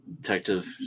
detective